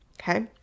okay